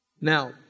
Now